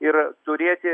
ir turėti